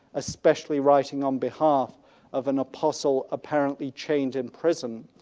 especially writing on behalf of an apostle apparently chained in prison.